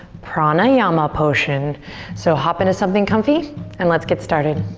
pranayama potion so hop into something comfy and let's get started.